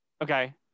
Okay